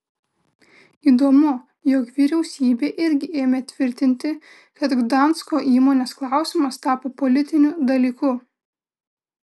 įdomu jog vyriausybė irgi ėmė tvirtinti kad gdansko įmonės klausimas tapo politiniu dalyku